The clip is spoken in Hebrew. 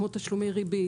כמו תשלומי ריבית,